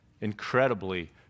incredibly